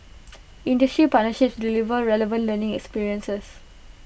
industry partnerships deliver relevant learning experiences